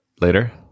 later